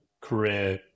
career